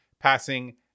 passing